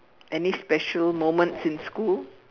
any special moments in school